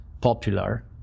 popular